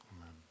Amen